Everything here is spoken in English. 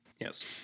Yes